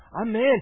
Amen